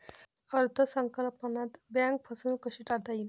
अर्थ संकल्पात बँक फसवणूक कशी टाळता येईल?